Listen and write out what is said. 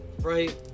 right